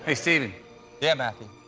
ah stephen yeah, matthew?